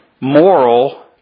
moral